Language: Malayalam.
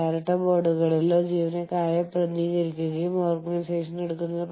ഉദാഹരണത്തിന് ഒരു കാര്യത്തിനായി നിങ്ങളുടെ ജോലിയുടെ ഒരു വശം ഒരാളുമായി ഒരുമിച്ച് ചെയ്യുന്നു